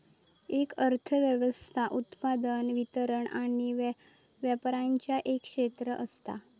एक अर्थ व्यवस्था उत्पादन, वितरण आणि व्यापराचा एक क्षेत्र असता